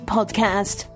Podcast